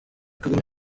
kagame